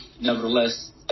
Nevertheless